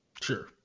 Sure